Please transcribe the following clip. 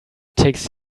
takes